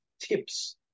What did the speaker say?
tips